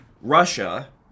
Russia